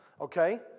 Okay